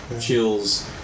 chills